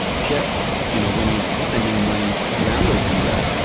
jeff you know when he's sending money to the lambo dealer,